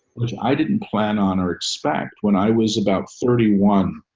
which i didn't plan on or expect when i was about thirty one